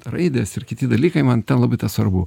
raidės ir kiti dalykai man labai tas svarbu